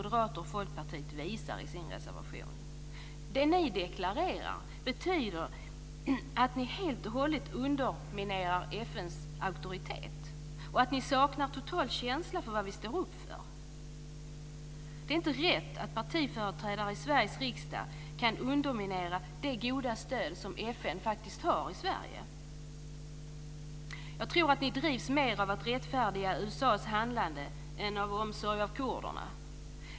Det ni deklarerar betyder att ni helt och hållet underminerar FN:s auktoritet och att ni totalt saknar känsla för vad vi står upp för. Det är inte rätt att partiföreträdare i Sveriges riksdag kan underminera det goda stöd som FN faktiskt har i Sverige. Jag tror att ni drivs mer av att rättfärdiga USA:s handlande än av att visa omsorg om kurderna.